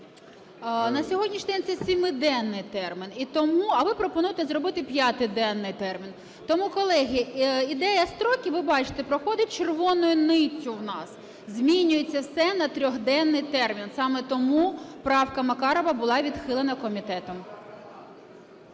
На сьогоднішній день це семиденний термін. І тому... А ви пропонуєте зробити п'ятиденний термін. Тому, колеги, ідея строків, ви бачите, проходить червоною ниттю в нас: змінюється все на триденний термін. Саме тому правка Макарова була відхилена комітетом.